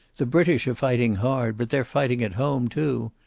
the british are fighting hard, but they're fighting at home too.